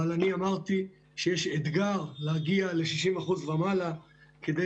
אבל אני אמרתי שיש אתגר להגיע ל-60% ומעלה כדי